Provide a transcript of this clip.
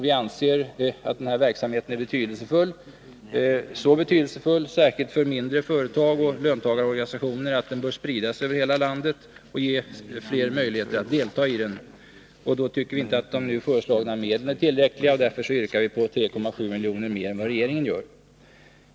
Vi anser denna verksamhet så betydelsefull, särskilt för mindre företag och löntagarorganisationer, att den bör spridas över hela landet och ge fler möjlighet att delta i den. Då är inte de nu föreslagna medlen tillräckliga. Vi föreslår därför att riksdagen anvisar 3,7 milj.kr. mer än regeringen gör.